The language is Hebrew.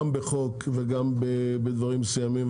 גם בחוק וגם בדברים מסוימים.